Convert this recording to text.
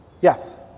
Yes